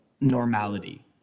normality